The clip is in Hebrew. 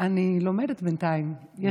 אני לומדת בינתיים.